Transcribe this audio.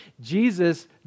Jesus